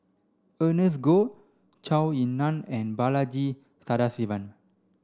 Ernest Goh Zhou Ying Nan and Balaji Sadasivan